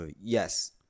Yes